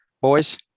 boys